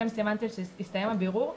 כשאתם סימנתם שהסתיים הבירור,